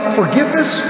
forgiveness